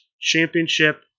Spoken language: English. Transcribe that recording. championship